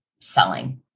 selling